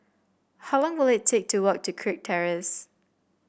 how long will it take to walk to Kirk Terrace